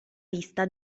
vista